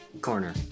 Corner